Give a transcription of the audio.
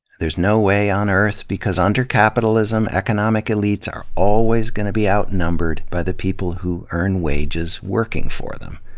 there's no way on earth because under capitalism, economic elites are always gonna be outnumbered by the people who earn wages working for them.